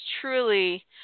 truly